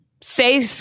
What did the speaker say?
say